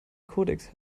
kodex